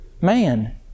man